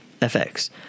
fx